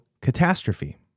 catastrophe